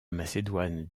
macédoine